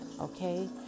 okay